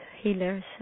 healers